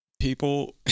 people